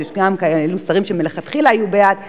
כי היו שרים שמלכתחילה היו בעד.